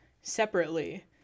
separately